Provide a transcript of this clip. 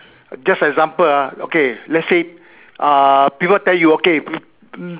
just example ah okay let's say uh people tell you okay